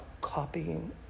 copying